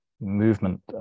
movement